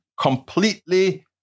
completely